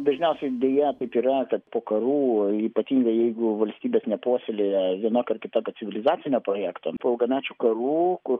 dažniausiai deja taip yra kad po karų o ypatingai jeigu valstybės nepuoselėja vienokio ar kitokio civilizacinio projekto po ilgamečių karų kur